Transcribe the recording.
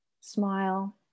smile